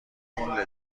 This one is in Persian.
تون